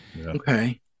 Okay